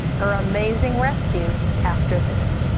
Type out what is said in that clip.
her amazing rescue, after this.